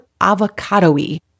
avocado-y